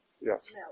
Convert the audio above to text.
Yes